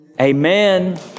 Amen